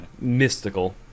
mystical